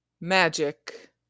magic